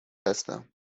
هستم